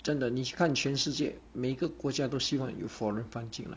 真的你去看全世界每个国家都希望有 foreign fund 进来